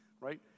right